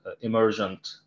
emergent